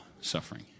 suffering